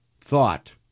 thought